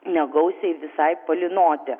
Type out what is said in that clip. negausiai visai palynoti